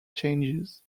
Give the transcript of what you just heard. changes